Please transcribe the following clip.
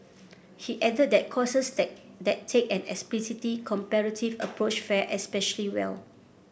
he added that courses that that take an explicitly comparative approach fare especially well